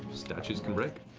statues can break,